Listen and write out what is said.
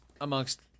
amongst